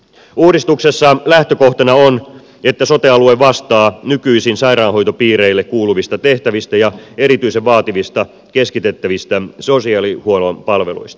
uudistuksessa lähtökohtana on että sote alue vastaa nykyisin sairaanhoitopiireille kuuluvista tehtävistä ja erityisen vaativista keskitettävistä sosiaalihuollon palveluista